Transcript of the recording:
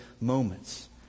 moments